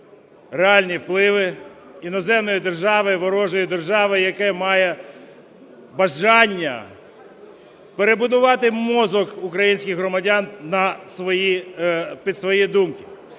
реальні впливи іноземної держави, ворожої держави, яка має бажання перебудувати мозок українських громадян під свої думки.